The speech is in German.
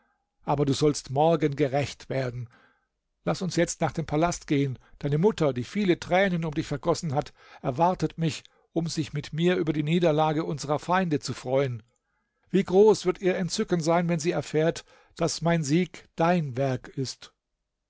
aber du sollst morgen gerächt werden laß uns jetzt nach dem palast gehen deine mutter die viele tränen um dich vergossen hat erwartet mich um sich mit mir über die niederlage unserer feinde zu freuen wie groß wird ihr entzücken sein wenn sie erfährt daß mein sieg dein werk ist